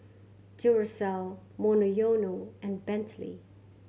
Duracell Monoyono and Bentley